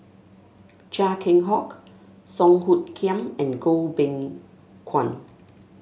Chia Keng Hock Song Hoot Kiam and Goh Beng Kwan